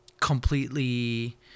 completely